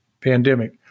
pandemic